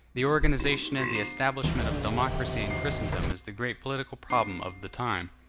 the organization and the establishment of democracy in christendom is the great political problem of the time.